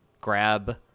grab